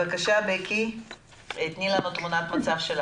אבקש שתעבירו לוועדה את המספרים שבעצם הצגתם.